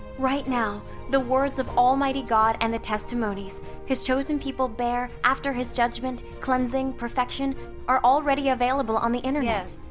right now, the words of almighty god and the testimonies his chosen people bear after his judgment, cleansing, perfection are already available on the internet. yes!